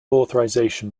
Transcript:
authorisation